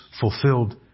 fulfilled